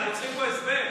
אנחנו צריכים פה הסבר,